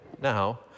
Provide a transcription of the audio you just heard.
now